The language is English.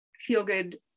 feel-good